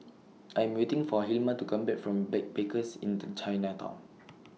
I Am waiting For Hilma to Come Back from Backpackers Inn The Chinatown